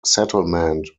settlement